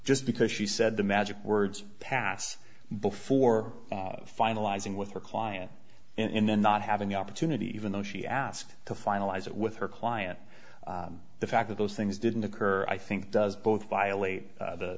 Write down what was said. just because she said the magic words pass before finalising with her client and then not having the opportunity even though she asked to finalize it with her client the fact that those things didn't occur i think does both violate